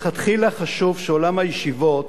לכתחילה חשוב שעולם הישיבות